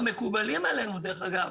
המקובלים עלינו דרך אגב.